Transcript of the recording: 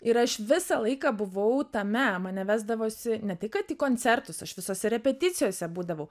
ir aš visą laiką buvau tame mane vesdavosi ne tai kad į koncertus aš visose repeticijose būdavau